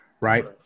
right